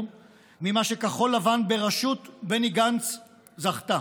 ממה שכחול לבן בראשות בני גנץ זכתה.